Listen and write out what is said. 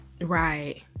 Right